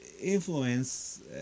influence